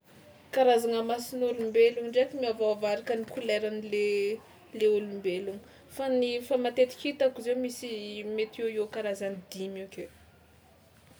Karazagna mason'olombelona ndraiky miovaova araka ny koleran'le le olombelona fa ny fa matetika hitako zao misy mety eo ho eo karazany dimy akeo.